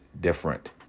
different